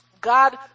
God